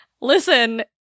Listen